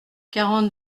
quarante